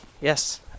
yes